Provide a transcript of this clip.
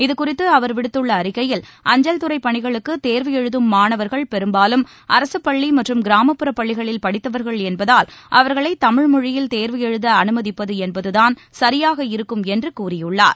இதுகுறித்து அவர் விடுத்துள்ள அறிக்கையில் அஞ்சல்துறைப் பணிகளுக்கு தேர்வு எழுதும் மாணவர்கள் பெரும்பாலும் அரசுப்பள்ளி மற்றும் கிராமப்புற பள்ளிகளில் படித்தவர்கள் என்பதால் அவர்களை தமிழ்மொழியில் தேர்வு எழுத அனுமதிப்பது என்பதுதான் சரியாக இருக்கும் என்று கூறியுள்ளார்